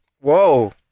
whoa